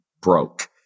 broke